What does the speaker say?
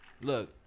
look